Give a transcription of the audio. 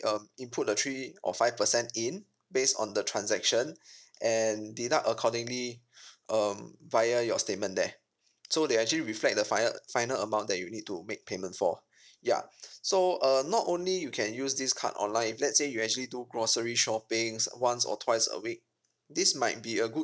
um input the three or five percent in based on the transaction and deduct accordingly um via your statement there so they actually reflect the final final amount that you need to make payment for ya so err not only you can use this card online if let's say you actually do grocery shopping's once or twice a week this might be a good